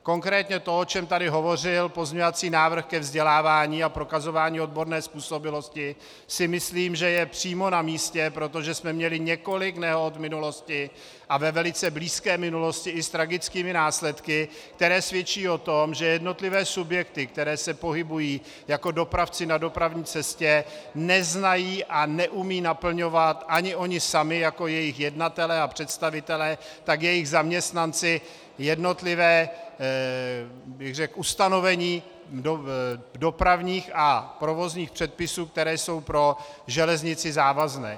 Konkrétně to, o čem tady hovořil, pozměňovací návrh ke vzdělávání a prokazování odborné způsobilosti, si myslím, že je přímo namístě, protože jsme měli v minulosti několik nehod a ve velice blízké minulosti i s tragickými následky, které svědčí o tom, že jednotlivé subjekty, které se pohybují jako dopravci na dopravní cestě, neznají a neumějí naplňovat ani oni sami jako jejich jednatelé a představitelé, tak jejich zaměstnanci, jednotlivá ustanovení dopravních a provozních předpisů, které jsou pro železnici závazné.